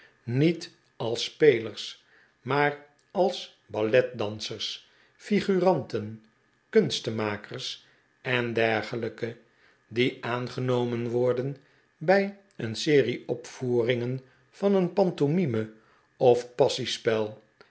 niet als spelers maar als balletdansers figuranten kunstenmakers en dergelijke die aangenomen worden bij een serie opvoeringen van een pantomime of